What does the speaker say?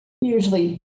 usually